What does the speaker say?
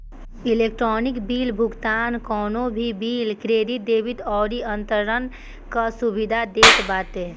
electronic bill भुगतान कवनो भी बिल, क्रेडिट, डेबिट अउरी अंतरण कअ सुविधा देत बाटे